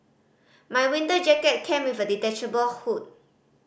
my winter jacket came with a detachable hood